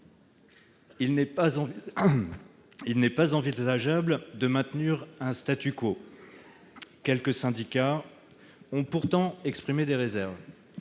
Il n'est pas envisageable de maintenir un. Quelques syndicats ont pourtant exprimé des réserves.